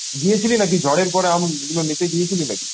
গিয়েছিলি নাকি ঝড়ের পরে আমগুলো নিতে গিয়েছিলি নাকি